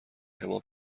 اما